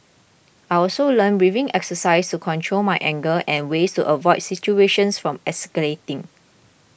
I also learnt breathing exercises to control my anger and ways to avoid situations from escalating